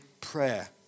prayer